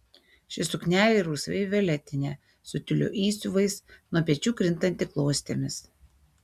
ši suknelė rausvai violetinė su tiulio įsiuvais nuo pečių krintanti klostėmis